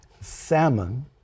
Salmon